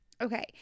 Okay